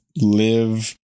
live